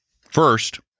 first